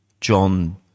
John